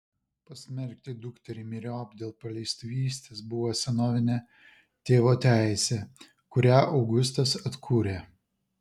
pasmerkti dukterį myriop dėl paleistuvystės buvo senovinė tėvo teisė kurią augustas atkūrė